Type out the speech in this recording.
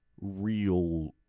real